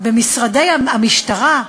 במשרדי המשטרה,